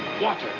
water